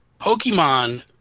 Pokemon